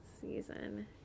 season